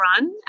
run